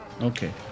Okay